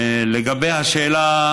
לגבי השאלה שלך,